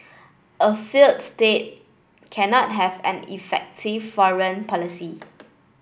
a failed state cannot have an effective foreign policy